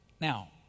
Now